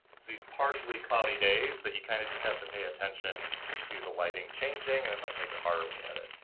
it's these partially cloudy days that you kinda just have to pay attention to the lighting changing, and that might make it harder when you edit.